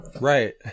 Right